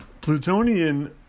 Plutonian